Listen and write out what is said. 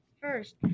first